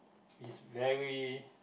is very